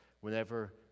whenever